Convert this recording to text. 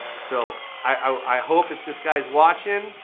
so i hope if this guy's watching,